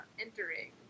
entering